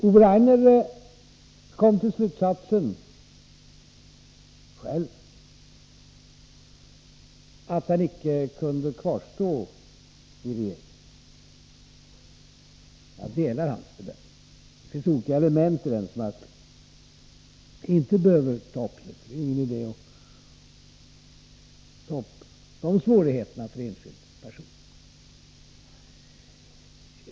Ove Rainer kom själv till slutsatsen att han icke kunde kvarstå i regeringen. Jag delar hans bedömning. Det finns olika element häri som jag inte behöver ta upp nu, för det är ingen idé att ta upp de svårigheterna för enskild person.